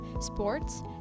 sports